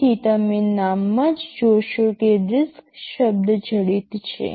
તેથી તમે નામમાં જ જોશો કે RISC શબ્દ જડિત છે